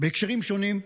בהקשרים שונים,